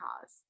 cause